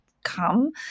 come